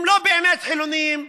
הם לא באמת חילונים,